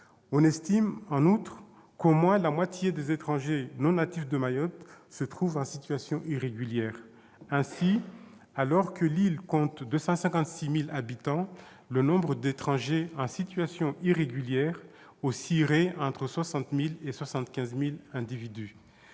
On estime, en outre, qu'au moins la moitié des étrangers non natifs de Mayotte se trouvent en situation irrégulière. Ainsi, alors que l'île compte 256 000 habitants, le nombre d'étrangers en situation irrégulière oscillerait entre 60 000 et 75 000 individus.